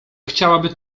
chciałaby